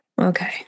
okay